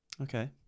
okay